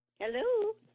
Hello